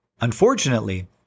Unfortunately